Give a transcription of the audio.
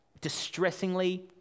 distressingly